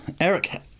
Eric